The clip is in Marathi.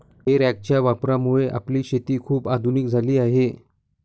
हे रॅकच्या वापरामुळे आपली शेती खूप आधुनिक झाली आहे